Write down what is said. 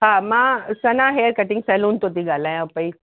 हा मां Sana hair cutting salon थो थी ॻाल्हायां पेई